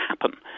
happen